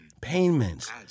Payments